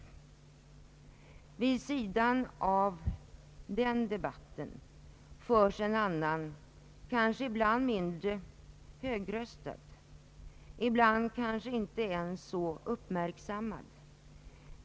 Vid sidan av denna debatt förs en annan, kanske ibland mindre högröstad, ibland inte ens så uppmärksammad.